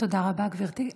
תודה רבה, גברתי.